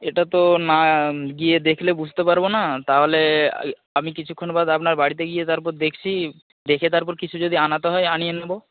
এটা তো না গিয়ে দেখলে বুঝতে পারব না তাহলে আমি কিছুক্ষণ বাদে আপনার বাড়িতে গিয়ে তারপর দেখছি দেখে তারপর কিছু যদি আনাতে হয় আনিয়ে নেব